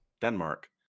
Denmark